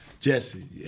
Jesse